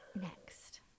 next